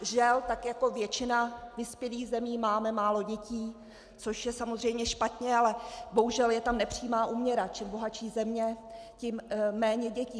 Žel, jako většina vyspělých zemí máme málo dětí, což je samozřejmě špatně, ale bohužel je tam nepřímá úměra čím bohatší země, tím méně dětí.